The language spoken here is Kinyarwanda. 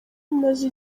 maze